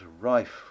rife